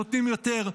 שנותנים יותר,